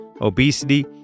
obesity